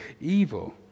evil